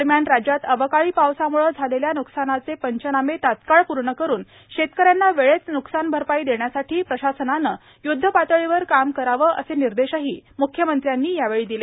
दरम्यान राज्यात अवकाळी पावसाम्ळे झालेल्या न्कसानाचे पंचनामे तत्काळ पूर्ण करुन शेतकऱ्यांना वेळेत न्कसानभरपाई देण्यासाठी प्रशासनानं य्द्ध पतळीवर काम करावं असे निर्देशही म्ख्यमंत्र्यांनी यावेळी दिले